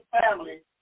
family